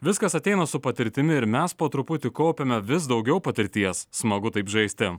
viskas ateina su patirtimi ir mes po truputį kaupiame vis daugiau patirties smagu taip žaisti